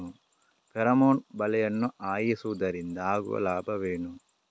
Pheromone ಬಲೆಯನ್ನು ಹಾಯಿಸುವುದರಿಂದ ಆಗುವ ಲಾಭವೇನು?